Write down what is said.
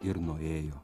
ir nuėjo